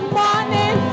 morning